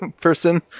person